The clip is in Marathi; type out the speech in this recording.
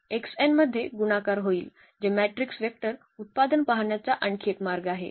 कॉलम n मध्ये गुणाकार होईल जे मॅट्रिक्स वेक्टर उत्पादन पाहण्याचा आणखी एक मार्ग आहे